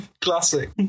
classic